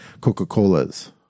Coca-Colas